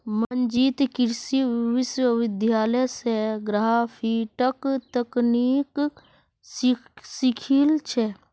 मंजीत कृषि विश्वविद्यालय स ग्राफ्टिंग तकनीकक सीखिल छ